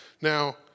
Now